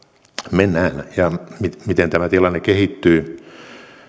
mennään ja miten tämä tilanne kehittyy